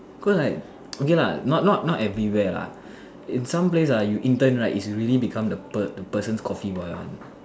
cause I okay lah not not not everywhere lah in some place ah you intern right is really become the person's coffee boy one